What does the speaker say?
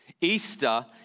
Easter